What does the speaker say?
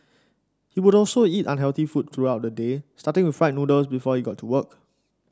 he would also eat unhealthy food throughout the day starting with fried noodles before he got to work